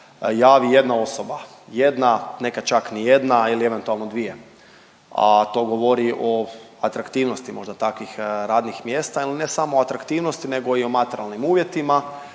javi jedna osoba, jedna nekad čak nijedna ili eventualno dvije, a to govori o atraktivnosti možda takvih radnih mjesta ili ne samo atraktivnosti nego i o materijalnim uvjetima